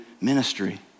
ministry